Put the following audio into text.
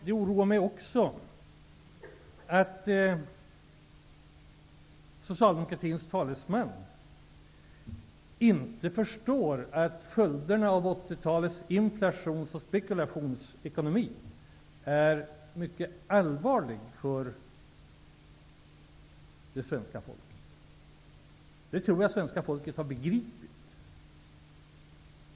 Det oroar mig också att socialdemokratins talesman inte förstår att följderna av 80-talets inflations och spekulationsekonomi är mycket allvarliga för det svenska folket. Jag tror att svenska folket har begripit det.